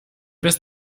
bis